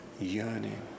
yearning